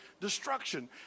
destruction